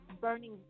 burning